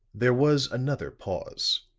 there was another pause